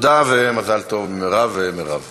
תודה ומזל טוב, מרב ומירב.